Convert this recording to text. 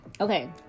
okay